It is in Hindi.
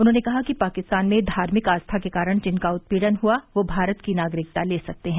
उन्होंने कहा कि पाकिस्तान में धार्मिक आस्था के कारण जिनका उत्पीड़न हआ वो भारत की नागरिकता ले सकते हैं